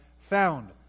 found